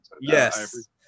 yes